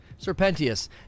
Serpentius